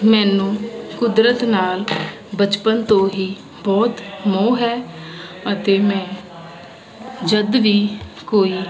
ਮੈਨੂੰ ਕੁਦਰਤ ਨਾਲ ਬਚਪਨ ਤੋਂ ਹੀ ਬਹੁਤ ਮੋਹ ਹੈ ਅਤੇ ਮੈਂ ਜਦ ਵੀ ਕੋਈ